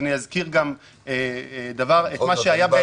אז אני אזכיר את מה שהיה -- בכל זאת,